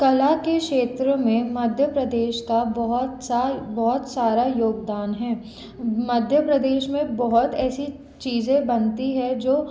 कला के क्षेत्र में मध्य प्रदेश का बहुत सा बहुत सारा योगदान है मध्य प्रदेश में बहुत ऐसी चीज़ें बनती हैं जो